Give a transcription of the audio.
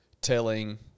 telling